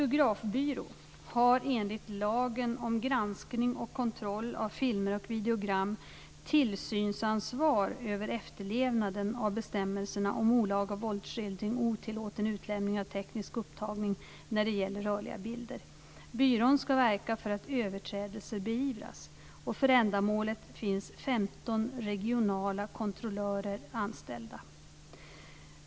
om granskning och kontroll av filmer och videogram tillsynsansvar över efterlevnaden av bestämmelserna om olaga våldsskildring och otillåten utlämning av teknisk upptagning när det gäller rörliga bilder. Byrån ska verka för att överträdelser beivras. För ändamålet finns 15 regionala kontrollörer anställda.